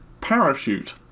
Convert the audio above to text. parachute